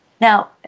Now